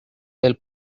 del